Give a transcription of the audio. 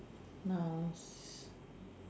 nouns